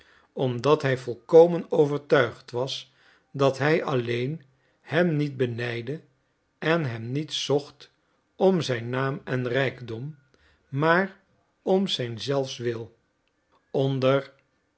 omdat hij volkomen overtuigd was dat hij alleen hem niet benijdde en hem niet zocht om zijn naam en rijkdom maar om zijns zelfs wil onder